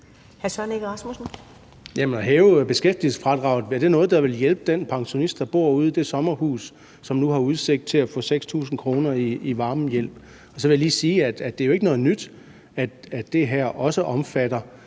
hæve beskæftigelsesfradraget noget, der vil hjælpe den pensionist, der bor ude i det sommerhus, og som nu har udsigt til at få 6.000 kr. i varmehjælp? Så vil jeg lige sige, at det jo ikke er noget nyt, at det her også omfatter